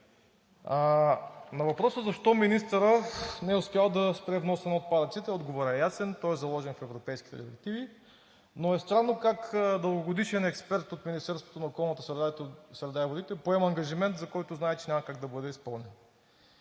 На въпроса защо министърът не е успял да спре вноса на отпадъците. Отговорът е ясен, той е заложен в европейските директиви, но е странно как дългогодишен експерт от Министерството на околната среда и водите поема ангажимент, за който знае, че няма как да бъде изпълнен.